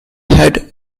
head